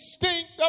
distinct